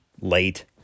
late